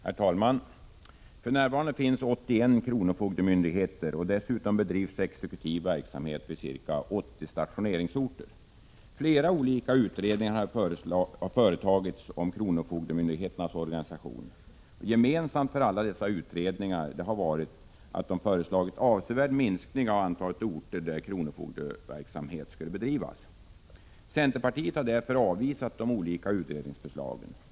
Herr talman! För närvarande finns 81 kronofogdemyndigheter, och dessutom bedrivs exekutiv verksamhet vid ca 80 stationeringsorter. Flera olika utredningar har företagits om kronofogdemyndigheternas organisation. Gemensamt för alla dessa utredningar har varit att de föreslagit en avsevärd minskning av antalet orter där kronofogdeverksamhet skulle bedrivas. Centerpartiet har därför avvisat de olika utredningsförslagen.